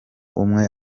umwe